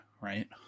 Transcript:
right